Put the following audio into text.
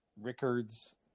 Rickards